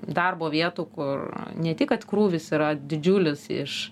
darbo vietų kur ne tik kad krūvis yra didžiulis iš